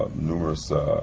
ah numerous